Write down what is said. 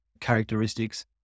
characteristics